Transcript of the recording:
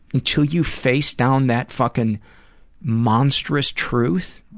until you face down that fuckin' monstrous truth,